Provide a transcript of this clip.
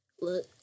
Look